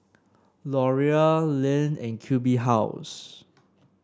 Laurier Lindt and Q B House